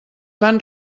van